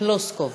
פלוסקוב.